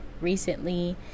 recently